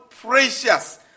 precious